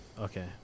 Okay